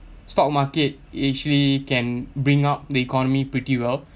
stock market actually can bring up the economy pretty well